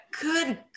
good